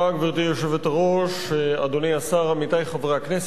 גברתי היושבת-ראש, אדוני השר, עמיתי חברי הכנסת,